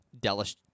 Dallas